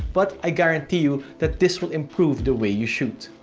but i guarantee you, that this will improve the way you shoot.